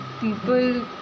people